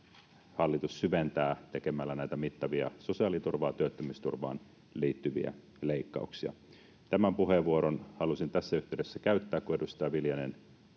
hallitus syventää tekemällä mittavia sosiaaliturvaan, työttömyysturvaan liittyviä leikkauksia. Tämän puheenvuoron halusin tässä yhteydessä käyttää, kun edustaja Viljanen